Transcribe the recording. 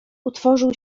utworzył